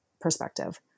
perspective